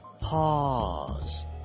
pause